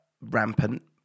rampant